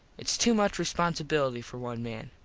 its too much responsibilety for one man.